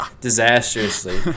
disastrously